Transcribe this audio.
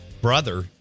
brother